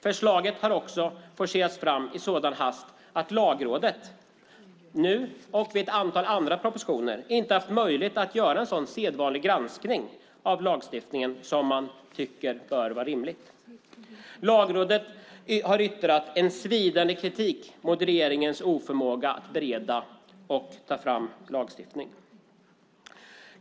Även detta förslag har forcerats fram i sådan hast att Lagrådet nu och vid ett antal andra propositioner inte har haft möjlighet att göra den typ av sedvanlig granskning av lagstiftningen man tycker är rimlig. Lagrådet har yttrat en svidande kritik mot regeringens oförmåga att bereda och ta fram lagstiftning.